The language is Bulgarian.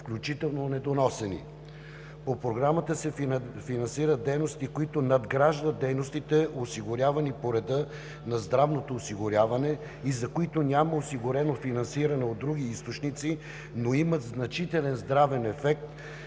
включително недоносени. По Програмата се финансират дейности, които надграждат дейностите, осигурявани по реда на здравното осигуряване и за които няма осигурено финансиране от други източници, но имат значителен здравен ефект,